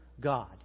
God